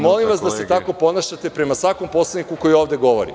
Molim vas da se tako ponašate prema svakom poslaniku koji ovde govori.